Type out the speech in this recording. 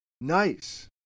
Nice